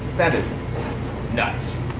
that is nuts.